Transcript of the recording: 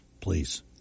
Please